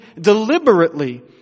deliberately